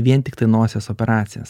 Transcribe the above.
vien tiktai nosies operacijas